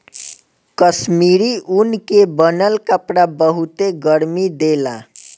कश्मीरी ऊन के बनल कपड़ा बहुते गरमि देला